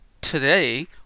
today